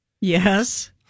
Yes